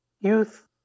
youth